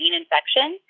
infection